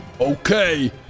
Okay